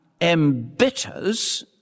embitters